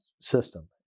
system